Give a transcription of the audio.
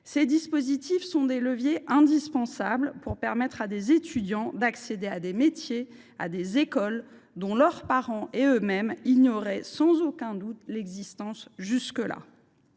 Ces dispositifs sont des leviers indispensables pour permettre à des étudiants d’accéder à des métiers et à des écoles dont leurs parents comme eux mêmes ignoraient sans aucun doute l’existence jusqu’alors,